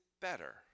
better